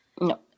No